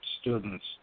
students